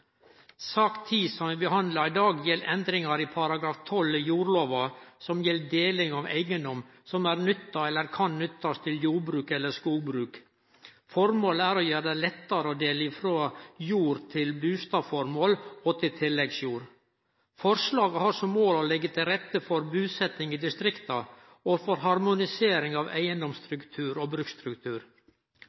Sak nr. 10 som vi behandlar i dag, gjeld endringar i § 12 i jordlova som gjeld deling av eigedom som er nytta eller kan nyttast til jordbruk eller skogbruk. Formålet er å gjere det lettare å dele frå jord til bustadformål og til tilleggsjord. Forslaga har som mål å leggje til rette for busetjing i distrikta, og for harmonisering av eigedomsstruktur og bruksstruktur.